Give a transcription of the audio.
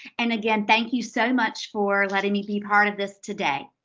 and again, thank you so much for letting me be part of this today.